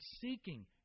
seeking